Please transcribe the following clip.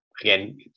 again